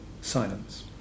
silence